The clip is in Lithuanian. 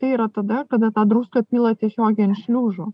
tai yra tada kada tą druską pila tiesiogiai ant šliužo